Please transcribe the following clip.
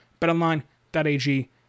betonline.ag